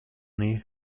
near